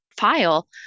file